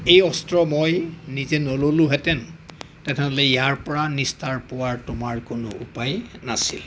এই অস্ত্ৰ মই নিজে নল'লোঁ হেতেন তেনেহ'লে ইয়াৰপৰা নিষ্ঠাৰ পোৱাৰ তোমাৰ কোনো উপায় নাছিল